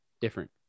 different